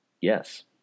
Yes